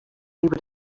would